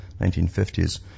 1950s